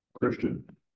Christian